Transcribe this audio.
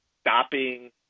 stopping